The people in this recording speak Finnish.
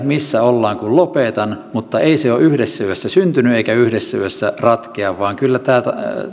missä ollaan kun lopetan mutta ei se ole yhdessä yössä syntynyt eikä yhdessä yössä ratkea vaan kyllä tämä